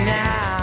now